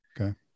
Okay